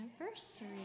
anniversary